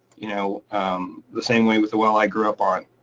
you know the same way with the well i grew up on.